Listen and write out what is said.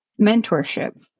mentorship